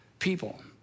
people